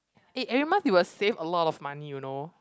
eh every month you will save a lot of money you know